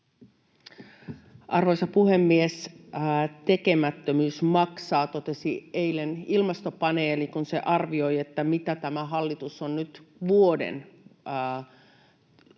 Arvoisa puhemies! Tekemättömyys maksaa, totesi eilen Ilmastopaneeli, kun se arvioi, mitä tämä hallitus on nyt vuoden